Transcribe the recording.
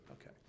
Okay